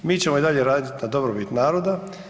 Mi ćemo i dalje radit na dobrobit naroda.